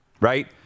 Right